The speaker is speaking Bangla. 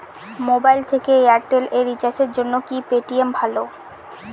মোবাইল থেকে এয়ারটেল এ রিচার্জের জন্য কি পেটিএম ভালো?